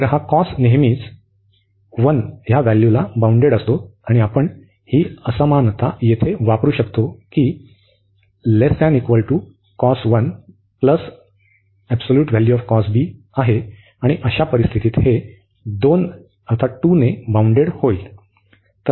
तर हा cos नेहमीच 1 ला बाउंडेड असतो आणि आपण ही असमानता येथे वापरु शकतो की ही आहे आणि अशा परिस्थितीत हे 2 ने बाउंडेड होईल